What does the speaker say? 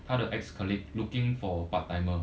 他的 ex colleague looking for part timer